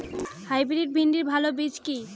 Hybrid ভিন্ডির ভালো বীজ কি?